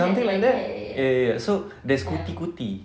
something like that ya ya ya there's kuti kuti